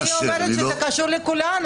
אני אומרת שזה קשור לכולנו.